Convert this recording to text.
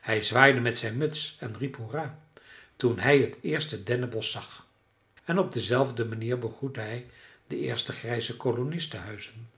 hij zwaaide met zijn muts en riep hoera toen hij t eerste dennenbosch zag en op dezelfde manier begroette hij de eerste grijze kolonistenhuizen